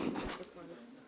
וזו אחת מהבעיות הגדולות,